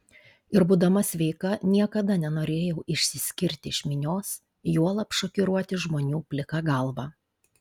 ir būdama sveika niekada nenorėjau išsiskirti iš minios juolab šokiruoti žmonių plika galva